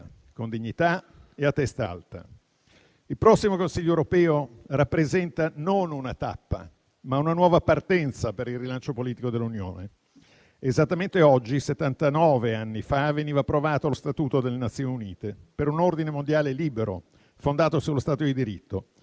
con dignità e a testa alta. Il prossimo Consiglio europeo rappresenta non una tappa, ma una nuova partenza per il rilancio politico dell'Unione. Esattamente oggi, settantanove anni fa, veniva approvato lo Statuto delle Nazioni Unite, per un ordine mondiale libero, fondato sullo Stato di diritto.